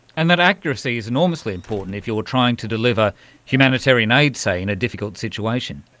and that accuracy is enormously important if you are trying to deliver humanitarian aid, say, in a difficult situation.